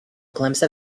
glimpse